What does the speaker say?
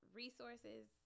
resources